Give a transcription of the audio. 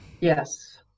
Yes